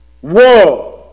Whoa